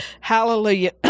Hallelujah